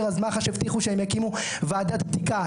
אז מח"ש הבטיחו שהם יקימו ועדת בדיקה.